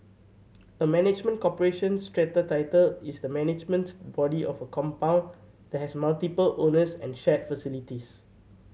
a management corporation strata title is the management body of a compound that has multiple owners and shared facilities